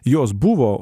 jos buvo